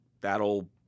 That'll